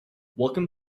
welcome